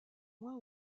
moins